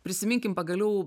prisiminkim pagaliau